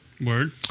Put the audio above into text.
Word